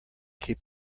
keep